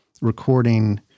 recording